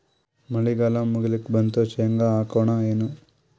ಮಳಿಗಾಲ ಮುಗಿಲಿಕ್ ಬಂತು, ಶೇಂಗಾ ಹಾಕೋಣ ಏನು?